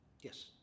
yes